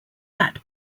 that